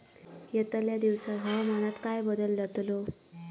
यतल्या दिवसात हवामानात काय बदल जातलो?